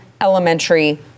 elementary